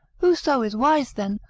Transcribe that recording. whoso is wise then,